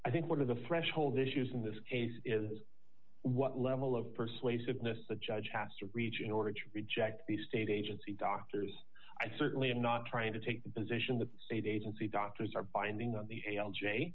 i think one of the threshold issues in this case is what level of persuasiveness the judge has to reach in order to reject the state agency doctors i certainly am not trying to take the position the state agency doctors are binding on the a l j